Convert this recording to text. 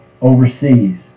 overseas